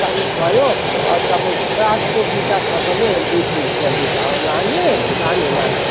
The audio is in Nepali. चालिस भयो तपाईँको सागको बिटा छ भने बिस रुपियाँ बिटा हो लाने लानु लानु